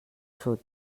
sud